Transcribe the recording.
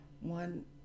one